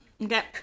Okay